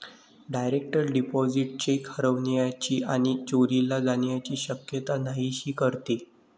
direct deposit cheque हरवण्याची आणि चोरीला जाण्याची शक्यता नाहीशी करते